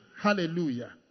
Hallelujah